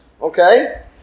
okay